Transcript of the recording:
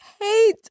hate